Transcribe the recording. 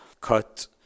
cut